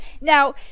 Now